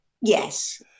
Yes